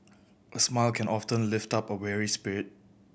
a smile can often lift up a weary spirit